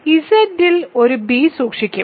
ഞാൻ Z ൽ ഒരു b സൂക്ഷിക്കും